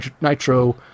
nitro